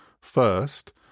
First